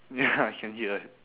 ya I can hear